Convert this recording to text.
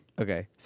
Okay